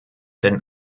denn